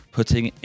Putting